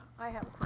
i have